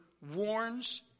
warns